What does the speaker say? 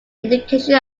education